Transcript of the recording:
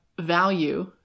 value